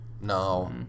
No